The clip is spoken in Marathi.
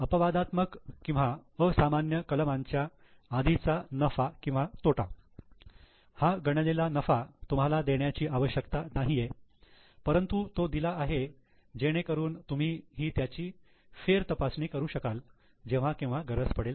अपवादात्मक किंवा असामान्य कलमांच्या आधीचा नफा किंवा तोटा हा गणलेला नफा तुम्हाला देण्याची आवश्यकता नाहीये परंतु तो दिला आहे जेणेकरून तुम्ही ही त्याची फेरतपासणी करू शकाल जेव्हा केव्हा जरूरत पडेल